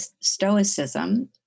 stoicism